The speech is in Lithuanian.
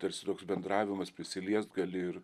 tarsi toks bendravimas prisiliest gali ir